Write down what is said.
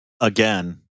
Again